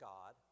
God